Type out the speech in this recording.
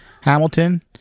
Hamilton